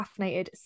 caffeinated